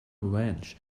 ranch